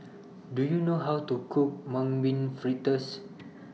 Do YOU know How to Cook Mung Bean Fritters